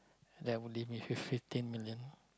that would leave me fif~ fifteen million